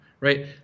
right